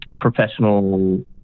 professional